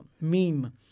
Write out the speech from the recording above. meme